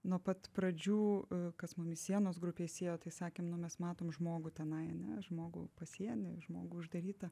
nuo pat pradžių kas mum ir sienos grupėj siejo tai sakėm nu mes matom žmogų tenai ane žmogų pasieny žmogų uždarytą